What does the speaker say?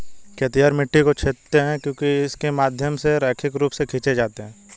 खेतिहर मिट्टी को छेदते हैं क्योंकि वे इसके माध्यम से रैखिक रूप से खींचे जाते हैं